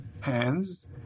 hands